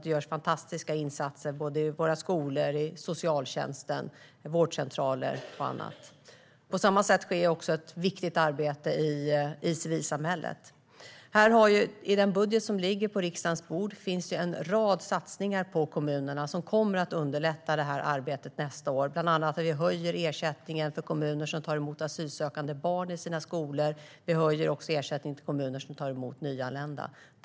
Det görs fantastiska insatser i skolorna, i socialtjänsten på vårdcentraler och annat. På samma sätt sker det också ett viktigt arbete i civilsamhället. I den budget som ligger på riksdagens bord finns en rad satsningar på kommunerna som kommer att underlätta arbetet nästa år. Bland annat höjs ersättningen för kommuner som tar emot asylsökande barn i sina skolor. Också ersättningen till de kommuner som tar emot nyanlända kommer att höjas.